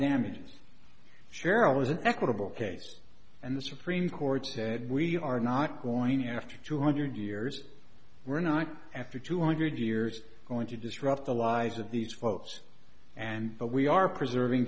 damages sure i was an equitable case and the supreme court said we are not going after two hundred years we're not after two hundred years going to disrupt the lives of these folks and but we are preserving